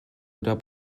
oder